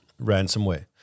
ransomware